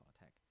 attack